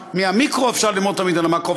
מהמיקרו תמיד אפשר ללמוד על המקרו,